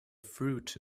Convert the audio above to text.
fruit